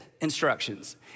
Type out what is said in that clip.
instructions